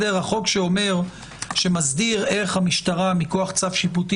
החוק שמסדיר איך המשטרה מכוח צו שיפוטי